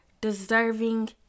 deserving